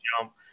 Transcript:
jump